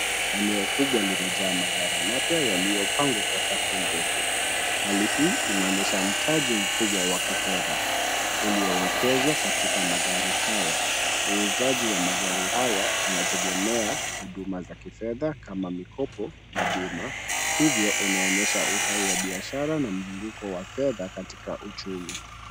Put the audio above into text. Eneo kubwa limejaa magari mapya yaliyopangwa kwa safu ndefu. Hali hii inaonyesha mtaji mkubwa wa kifedha, uliowekezwa katika magari haya. Uuzaji wa magari haya unategemea huduma za kifedha kama mikopo na bima, hivyo unaonyesha uhai wa biashara na mzunguko wa fedha katika uchumi.